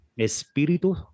Espiritu